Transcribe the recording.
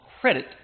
credit